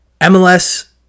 MLS